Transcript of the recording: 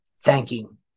thanking